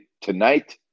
tonight